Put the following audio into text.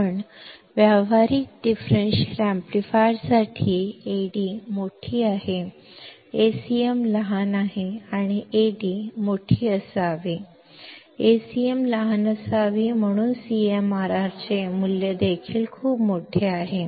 ಆದರೆ ಪ್ರಾಯೋಗಿಕ differential amplifier ಗೆ Ad ದೊಡ್ಡದಾಗಿದೆ Acm ಚಿಕ್ಕದಾಗಿದೆ ಮತ್ತು Ad ದೊಡ್ಡದಾಗಿರಬೇಕು Acm ಚಿಕ್ಕದಾಗಿರಬೇಕು ಆದ್ದರಿಂದ CMRR ಮೌಲ್ಯವೂ ತುಂಬಾ ದೊಡ್ಡದಾಗಿದೆ